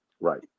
Right